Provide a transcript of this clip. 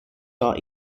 are